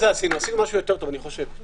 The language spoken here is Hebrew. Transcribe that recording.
עשינו משהו יותר טוב, אני חושב.